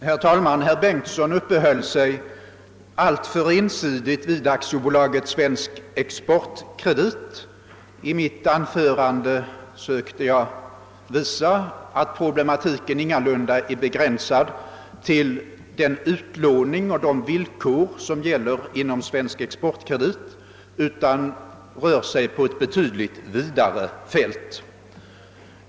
Herr talman! Herr Bengtsson i Landskrona uppehöll sig alltför ensidigt vid AB Svensk exportkredit. I mitt anförande sökte jag visa att problematiken ingalunda är begränsad till den utlåning och de villkor som gäller inom AB Svensk exportkredit utan spänner över ett betydligt vidare fält.